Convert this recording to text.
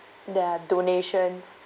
the donations